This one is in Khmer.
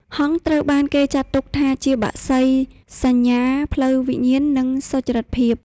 ហង្ស ត្រូវបានគេចាត់ទុកជាបក្សីសញ្ញាផ្លូវវិញ្ញាណ និងសុចរិតភាព។